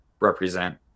represent